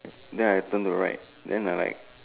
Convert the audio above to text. then I turn to right then I like